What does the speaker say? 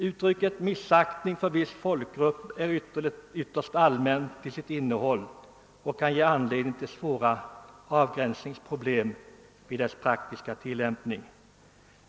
Uttrycket »missaktning för folkgrupp» är ytterst allmänt till sitt innehåll och kan ge anledning till svåra avgränsningsproblem vid praktisk tillämpning.